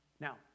Now